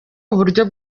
uburyo